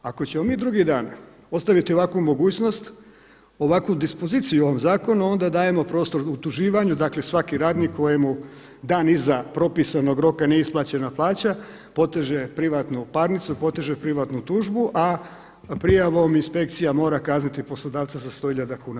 Ako ćemo mi drugi dan ostaviti ovakvu mogućnost, ovakvu dispoziciju ovom zakonu onda dajemo prostor utuživanju, dakle svaki radnik kojemu je dan iza propisanog roka nije isplaćena plaća poteže privatnu parnicu, poteže privatnu tužbu, a prijavom inspekcija mora kazniti poslodavca za 100 tisuća kuna.